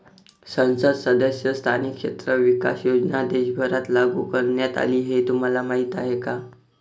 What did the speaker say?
संसद सदस्य स्थानिक क्षेत्र विकास योजना देशभरात लागू करण्यात आली हे तुम्हाला माहीत आहे का?